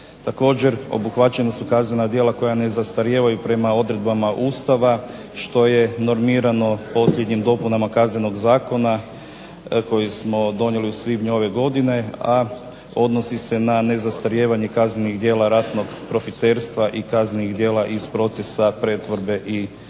Također obuhvaćena su kaznena djela koja ne zastarijevaju prema odredbama Ustava što je normirano posljednjim dopunama Kaznenog zakona koji smo donijeli u svibnju ove godine a odnosi se na nezastarijevanje kaznenih djela ratnog profiterstva i kaznenih djela iz procesa pretvorbe i